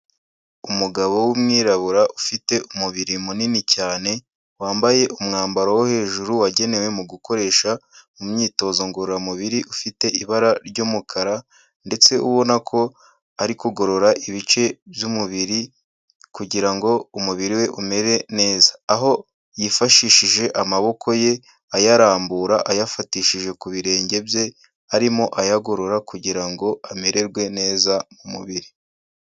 Umugabo w'umwirabura ufite umubiri munini cyane, wambaye umwambaro wo hejuru wagenewe mu gukoresha mu myitozo ngororamubiri ufite ibara ry'umukara, ndetse ubona ko ari kugorora ibice by'umubiri, kugira ngo umubiri we umere neza, aho yifashishije amaboko ye ayarambura ayafatishije ku birenge bye, arimo ayagorora kugira ngo amererwe neza mu mubiri.